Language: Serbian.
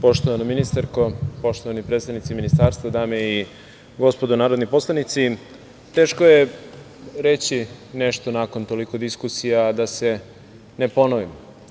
Poštovana ministarko, poštovani predstavnici ministarstva, dame i gospodo narodni poslanici, teško je reći nešto nakon toliko diskusija a da se ne ponovim.